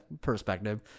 perspective